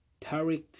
Tariq